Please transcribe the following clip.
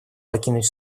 покинуть